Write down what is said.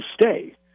stay